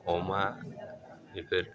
अमा बेफोर